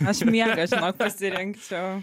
aš miegą žinok pasirinkčiau